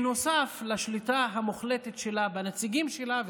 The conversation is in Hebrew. נוסף על השליטה המוחלטת שלה בנציגים שלה,